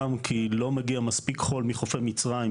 גם כי לא מגיע מספיק חול מחופי מצריים,